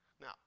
Now